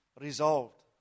resolved